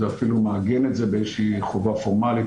זה אפילו מעגן את זה באיזושהי חובה פורמלית,